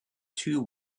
two